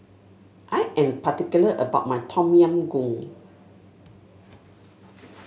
I am particular about my Tom Yam Goong